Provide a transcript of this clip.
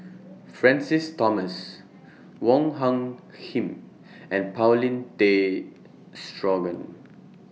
Francis Thomas Wong Hung Khim and Paulin Tay Straughan